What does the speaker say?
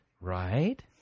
right